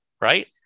Right